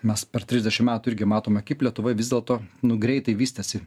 mes per trisdešim metų irgi matome kaip lietuvoj vis dėlto nu greitai vystėsi